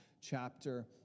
chapter